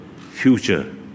future